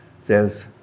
says